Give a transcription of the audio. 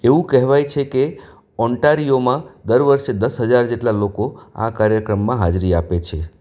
એવું કહેવાય છે કે ઓન્ટારિયોમાં દર વર્ષે દસ હજાર જેટલાં લોકો આ કાર્યક્રમમાં હાજરી આપે છે